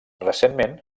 recentment